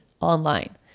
online